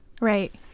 Right